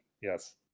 Yes